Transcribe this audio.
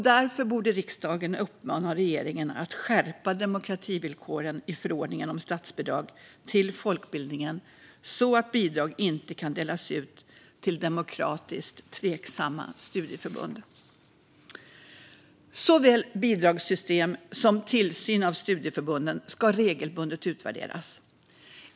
Därför borde riksdagen uppmana regeringen att skärpa demokrativillkoren i förordningen om statsbidrag till folkbildningen så att bidrag inte kan delas ut till demokratiskt tveksamma studieförbund. Såväl bidragssystem som tillsyn av studieförbunden ska regelbundet utvärderas.